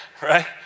right